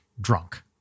drunk